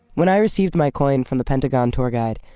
when i received my coin from the pentagon tour guide,